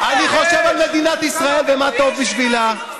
אני חושב על מדינת ישראל ומה טוב בשבילה.